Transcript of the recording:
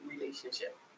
relationship